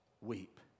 weep